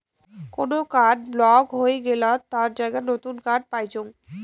কোন card block হই গেলাত তার জায়গাত নতুন কার্ড পাইচুঙ